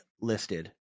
listed